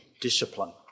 discipline